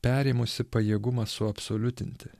perėmusi pajėgumą suabsoliutinti